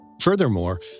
Furthermore